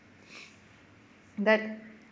but